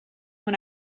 when